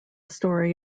story